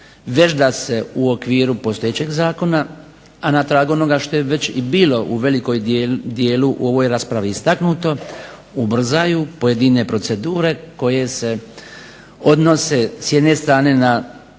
već da se u okviru postojećeg zakona a na tragu onoga što je već bilo u velikom dijelu u ovoj raspravi istaknuti ubrzaju pojedine procedure koje se odnose s jedne strane na